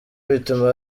bituma